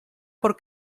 por